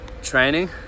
training